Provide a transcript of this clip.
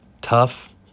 tough